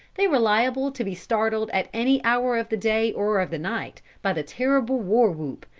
they were liable to be startled at any hour of the day or of the night by the terrible war-whoop,